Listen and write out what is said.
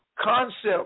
concept